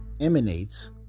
emanates